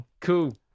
Cool